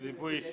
ליווי אישי.